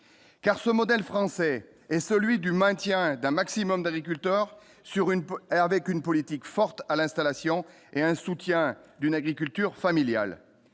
car ce modèle français est celui du maintien d'un maximum d'agriculteurs sur une Hervé qu'une politique forte à l'installation et un soutien d'une agriculture familiale,